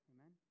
Amen